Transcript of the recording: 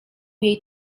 jej